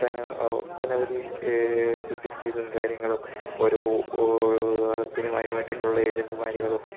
ഒട്ടന ഒട്ടനവധി ഫെസിലിറ്റീസും കാര്യങ്ങളും ഓരോ അതിന് അതിന് വേണ്ടിയിട്ടുള്ള ഏജൻറ്റ്മാരുകളും